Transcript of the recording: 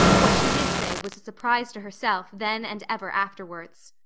what she did say was a surprise to herself then and ever afterwards.